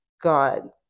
God